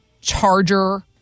charger